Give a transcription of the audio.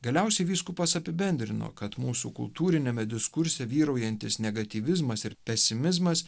galiausiai vyskupas apibendrino kad mūsų kultūriniame diskurse vyraujantis negatyvizmas ir pesimizmas